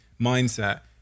mindset